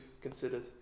considered